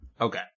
Okay